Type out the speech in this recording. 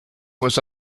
was